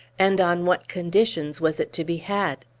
and on what conditions was it to be had?